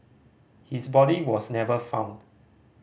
his body was never found